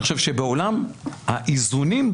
אני חושב שבעולם האיזונים,